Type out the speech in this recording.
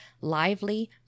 lively